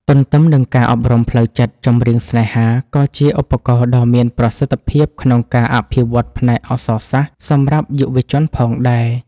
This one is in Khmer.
ទន្ទឹមនឹងការអប់រំផ្លូវចិត្ត ចម្រៀងស្នេហា ក៏ជាឧបករណ៍ដ៏មានប្រសិទ្ធភាពក្នុងការអភិវឌ្ឍផ្នែកអក្សរសាស្ត្រសម្រាប់យុវជនផងដែរ។